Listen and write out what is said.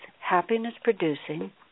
happiness-producing